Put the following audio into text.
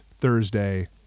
Thursday